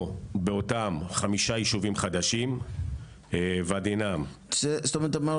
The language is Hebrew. או באותם יישובים חדשים- -- זאת אומרת,